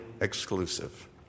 exclusive